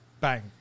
bang